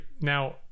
Now